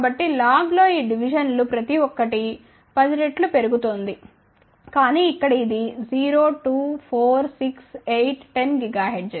కాబట్టి లాగ్ లో ఈ డివిజన్లు ప్రతి ఒక్కటి 10 రెట్లు పెరుగుతోంది కానీ ఇక్కడ ఇది 0 2 4 6 8 10 GHz